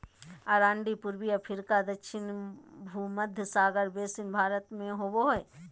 अरंडी पूर्वी अफ्रीका दक्षिण भुमध्य सागर बेसिन भारत में होबो हइ